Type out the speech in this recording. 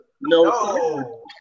No